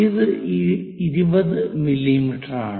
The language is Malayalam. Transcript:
ഇത് 20 മില്ലീമീറ്ററാണ്